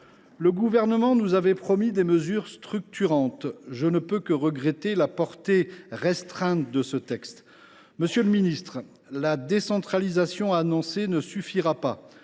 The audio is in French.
Le Gouvernement avait promis des mesures structurantes, et je ne peux que regretter la portée restreinte de ce texte. Monsieur le ministre, la décentralisation annoncée ne suffira pas.